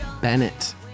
bennett